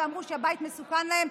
ואמרו שהבית מסוכן להם,